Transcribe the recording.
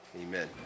amen